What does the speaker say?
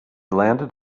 landed